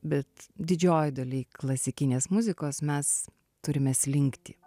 bet didžiojoj daly klasikinės muzikos mes turime slinktį